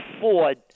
Ford